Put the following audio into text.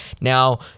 now